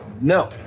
no